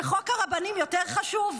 שחוק הרבנים יותר חשוב?